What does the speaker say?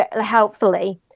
helpfully